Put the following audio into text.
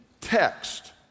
text